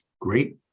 great